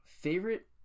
favorite